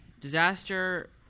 disaster